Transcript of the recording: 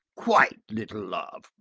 quite, little love.